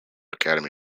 academy